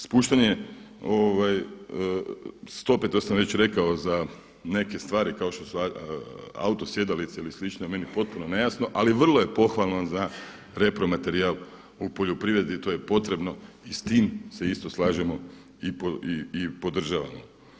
Spuštanje stope, to sam već rekao, za neke stvari kao što su auto sjedalice i sl. meni je potpuno nejasno, ali vrlo je pohvalno za repromaterijal u poljoprivredi to je potrebno i s tim se isto slažemo i podržavamo.